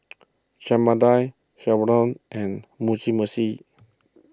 Chana Dal and Meshi